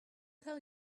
tell